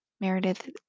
meredith